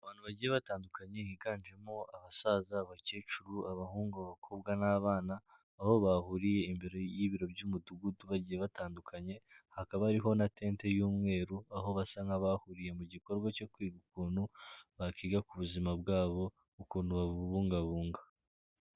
Abantu bagiye batandukanye higanjemo abasaza, abakecuru, abahungu, abakobwa n'abana, aho bahuriye imbere y'Ibiro by'Umudugudu bagiye batandukanye, hakaba hariho na tente y'umweru, aho basa nk'abahuriye mu gikorwa cyo kwiga ukuntu bakwiga ku buzima bwabo, ukuntu babubungabunga.